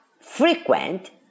frequent